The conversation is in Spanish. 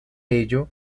ello